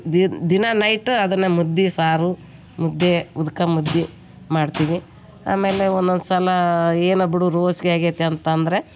the ದಿನ night ಅದನ್ನು ಮುದ್ದೆ ಸಾರು ಮುದ್ದೆ ಉದ್ಕ ಮುದ್ದೆ ಮಾಡ್ತೀನಿ ಆಮೇಲೆ ಒಂದು ಒಂದು ಸಲ ಏನು ಬಿಡು ರೋಸಿಕೆ ಆಗೈತಿ ಅಂತ ಅಂದರೆ